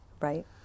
Right